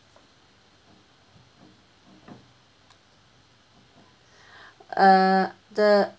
err the